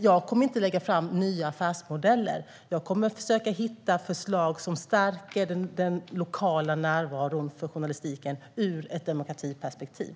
Jag kommer inte att lägga fram nya affärsmodeller, utan jag kommer att försöka hitta förslag som stärker journalistikens lokala närvaro ur ett demokratiperspektiv.